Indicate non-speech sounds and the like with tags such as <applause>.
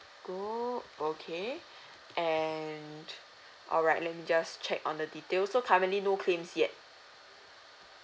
go okay <breath> and alright let me just check on the detail so currently no claims yet